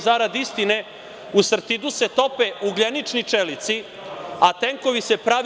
Zarad istine, u „Sartidu“ se tope ugljenični čelici, a tenkovi se prave…